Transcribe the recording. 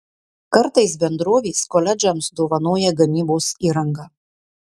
kartais bendrovės koledžams dovanoja gamybos įrangą